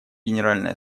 генеральной